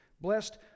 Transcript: Blessed